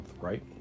right